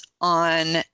on